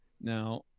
Now